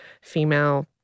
female